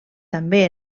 també